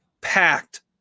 packed